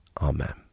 Amen